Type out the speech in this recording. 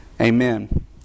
Amen